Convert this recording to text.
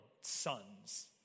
sons